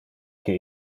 que